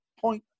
point